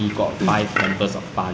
uh good looks or fit body